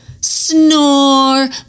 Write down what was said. snore